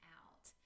out